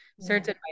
certain